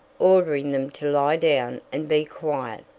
ordering them to lie down and be quiet.